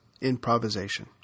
improvisation